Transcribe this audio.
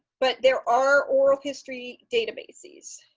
but there are oral history databases.